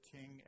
King